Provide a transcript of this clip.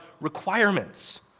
requirements